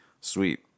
sweet